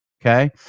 Okay